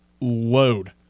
load